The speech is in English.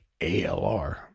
ALR